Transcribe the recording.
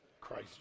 Christ